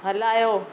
हलायो